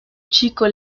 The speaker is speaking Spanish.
chico